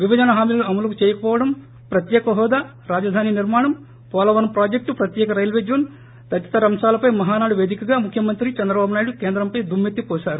విభజన హామీలను అమలు చేయకపోవడం ప్రత్యేక హోదా రాజధాని నిర్మాణం పోలవరం ప్రాజెక్టు ప్రత్యేక రైల్వే జోన్ తదితర అంశాలపై మహానాడు పేదికగా ముఖ్యమంత్రి చంద్రబాబు నాయుడు కేంద్రంపై దుమ్మెత్తిపోశారు